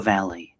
Valley